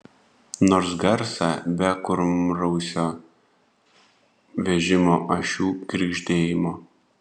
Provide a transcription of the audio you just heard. nors garsą be kurmrausio vežimo ašių girgždėjimo